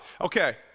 okay